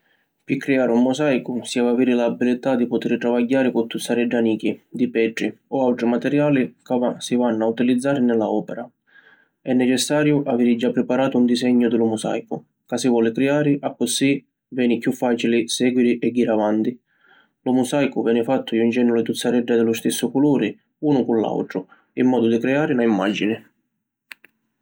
Pi criari un musaicu si havi aviri la abilità di putiri travagghiari cu tuzzaredda nichi di petri o autri materiali ca si vannu a utilizzari ni la opera. È necessariu aviri già priparatu un disegnu di lu musaicu ca si voli criari accussì veni chiù facili seguiri e jiri avanti. Lu musaicu veni fattu juncennu li tuzzaredda di lu stissu culuri unu cu l’autru in modu di creari na imagini.